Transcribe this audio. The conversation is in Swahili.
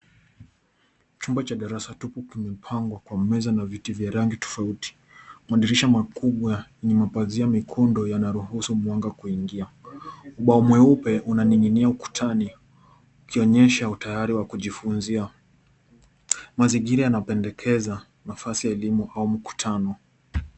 Chumba cha darasa tupu kimepangwa kwa meza na viti vya rangi tofauti. Madirisha makubwa yenye pazia mekundu yanaruhusu mwanga kuingia. Ubao mweupe unaning'inia ukutani ukionyesha utayari wa kujifunzia. Mazingira yanapendekeza nafasi ya elimu au mkutano.